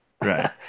right